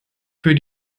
für